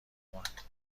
آمد